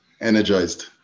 energized